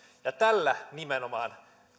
ja tällä nimenomaan